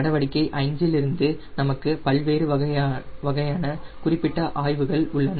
நடவடிக்கையை 5 இல் இருந்து நமக்கு பல்வேறு வகையான குறிப்பிட்ட ஆய்வுகள் உள்ளன